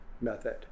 method